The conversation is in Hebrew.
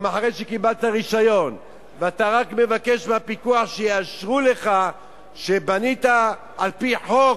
גם אחרי שקיבלת רשיון ואתה רק מבקש מהפיקוח שיאשרו לך שבנית על-פי חוק,